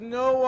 no